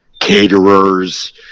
Caterers